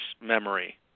memory